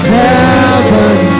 heaven